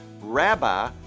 Rabbi